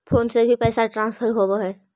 Phone से भी पैसा ट्रांसफर होवहै?